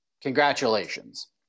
congratulations